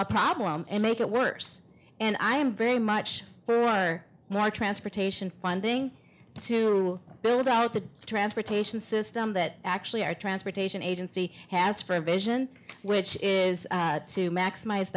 a problem and make it worse and i am very much for watching asportation funding to build out the transportation system that actually our transportation agency has provision which is to maximize